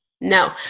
No